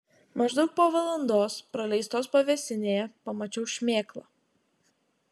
maždaug po valandos praleistos pavėsinėje pamačiau šmėklą